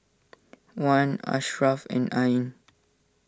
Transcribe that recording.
Wan Ashraff and Ain